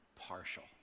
partial